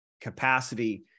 capacity